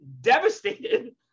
devastated